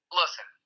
listen